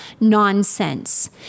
nonsense